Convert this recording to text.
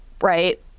right